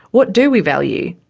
what do we value?